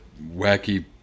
wacky